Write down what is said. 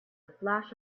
flash